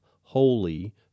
holy